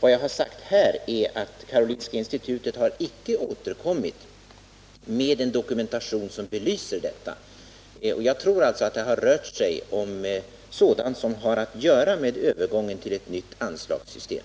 Vad jag har sagt här är att Karolinska institutet icke har återkommit med en dokumentation som belyser detta. Jag tror alltså att det har rört sig om sådant som har att göra med övergången till ett nytt anslagssystem.